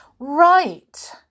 Right